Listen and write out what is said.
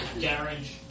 Garage